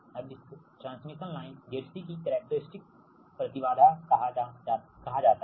अब इसे transmission line ZC की करक्टेरिस्तिक्स प्रति बाधा कहा जाता है